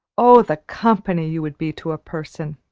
oh, the company you would be to a person!